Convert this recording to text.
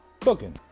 Cooking